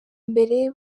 mbere